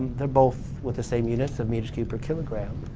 they're both with the same units of meters key per kilogram.